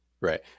right